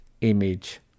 image